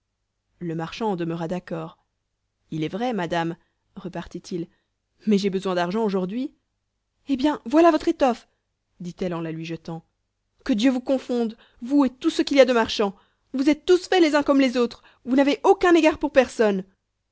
le marchand en demeura d'accord il est vrai madame repartit il mais j'ai besoin d'argent aujourd'hui eh bien voilà votre étoffe dit-elle en la lui jetant que dieu vous confonde vous et tout ce qu'il y a de marchands vous êtes tous faits les uns comme les autres vous n'avez aucun égard pour personne